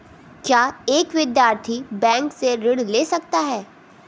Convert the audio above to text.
क्या एक विद्यार्थी बैंक से ऋण ले सकता है?